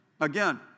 Again